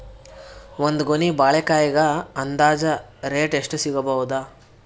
ಒಂದ್ ಗೊನಿ ಬಾಳೆಕಾಯಿಗ ಅಂದಾಜ ರೇಟ್ ಎಷ್ಟು ಸಿಗಬೋದ?